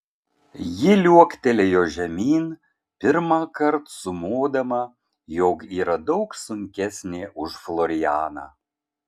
ji liuoktelėjo žemyn pirmąkart sumodama jog yra daug sunkesnė už florianą